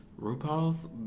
RuPaul's